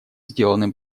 сделанным